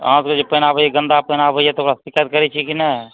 अहाँ सबके जे पानि आबैया गन्दा पानि आबैया तऽ ओकरा शीकायत करैत छियै कि नहि